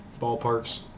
ballparks